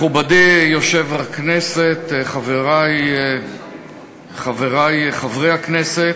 מכובדי יושב-ראש הכנסת, חברי חברי הכנסת,